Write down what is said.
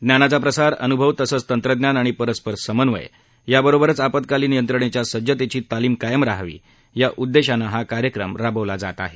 ज्ञानाचा प्रसार अनुभव तसंच तंत्रज्ञान आणि परस्पर समन्वय याबरोबरच आपत्कालीन यंत्रणेच्या सज्जतेची तालीम कायम रहावी या उद्देशानं हा कार्यक्रम राबवला जात आहे